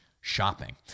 shopping